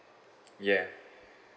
yeah